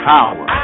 Power